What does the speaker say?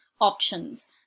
Options